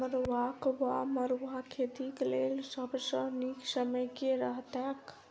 मरुआक वा मड़ुआ खेतीक लेल सब सऽ नीक समय केँ रहतैक?